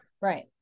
Right